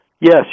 Yes